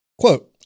Quote